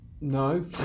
no